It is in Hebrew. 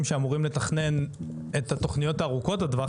שאמורים לתכנן את התוכניות ארוכות הטווח,